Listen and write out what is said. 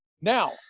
Now